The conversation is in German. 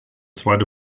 zweite